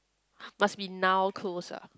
must be now close ah